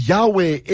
Yahweh